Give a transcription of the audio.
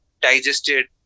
digested